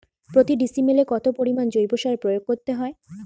প্রতি ডিসিমেলে কত পরিমাণ জৈব সার প্রয়োগ করতে হয়?